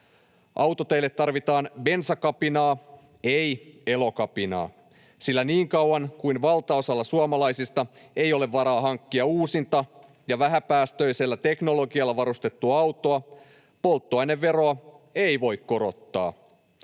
Autoteille tarvitaan bensakapinaa, ei Elokapinaa, sillä niin kauan kuin valtaosalla suomalaisista ei ole varaa hankkia uusinta ja vähäpäästöisellä teknologialla varustettua autoa, polttoaineveroa ei voi korottaa.